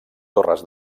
torres